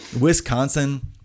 wisconsin